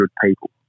people